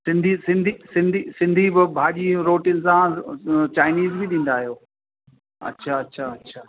सिंधी सिंधी सिंधी सिंधी भाॼी रोटीअ सां चाइनीज़ ॾींदा आहियो अच्छा अच्छा अच्छा